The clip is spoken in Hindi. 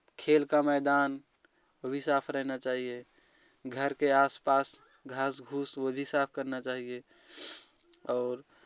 खेल का मैदान वो भी साफ रहना चाहिए घर के आस पास घास पूस वो भी साफ़ करना चाहिए और